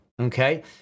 okay